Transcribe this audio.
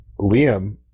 Liam